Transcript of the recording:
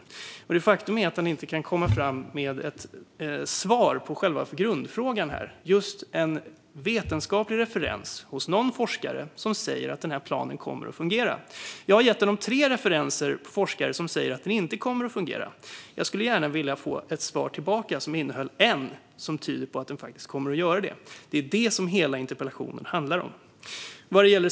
Det är ett faktum att han inte kan ge ett svar på själva grundfrågan, nämligen att ge en vetenskaplig referens till någon forskare som säger att planen kommer att fungera. Jag har gett ministern tre referenser på forskare som säger att den inte kommer att fungera. Jag skulle gärna vilja få ett svar som innehåller en referens som tyder på att planen kommer att fungera. Det är vad hela interpellationen handlar om.